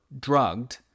drugged